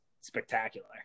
spectacular